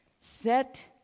Set